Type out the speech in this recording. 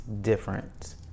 different